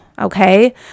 okay